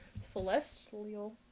celestial